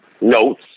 notes